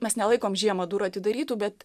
mes nelaikom žiemą durų atidarytų bet